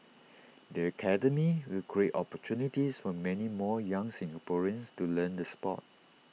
the academy will create opportunities for many more young Singaporeans to learn the Sport